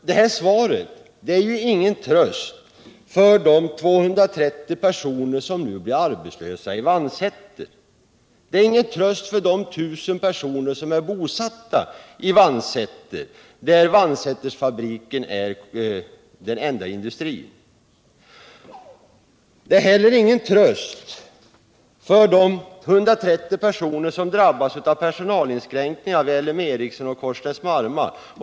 Det här svaret är ju ingen tröst för de 230 personer som blir arbetslösa i Vansäter. Det är ingen tröst för de 1 000 personer som är bosatta i Vansäter, där Vansäterfabriken är den enda industrin. Det är ingen tröst för de 130 personer som drabbas av personalinskränkningar vid L M Ericsson och Korsnäs-Marma.